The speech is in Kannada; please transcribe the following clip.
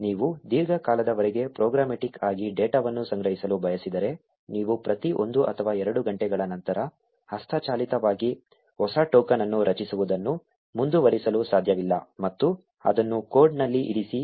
ನೀವು ದೀರ್ಘಕಾಲದವರೆಗೆ ಪ್ರೋಗ್ರಾಮ್ಯಾಟಿಕ್ ಆಗಿ ಡೇಟಾವನ್ನು ಸಂಗ್ರಹಿಸಲು ಬಯಸಿದರೆ ನೀವು ಪ್ರತಿ ಒಂದು ಅಥವಾ ಎರಡು ಗಂಟೆಗಳ ನಂತರ ಹಸ್ತಚಾಲಿತವಾಗಿ ಹೊಸ ಟೋಕನ್ ಅನ್ನು ರಚಿಸುವುದನ್ನು ಮುಂದುವರಿಸಲು ಸಾಧ್ಯವಿಲ್ಲ ಮತ್ತು ಅದನ್ನು ಕೋಡ್ನಲ್ಲಿ ಇರಿಸಿ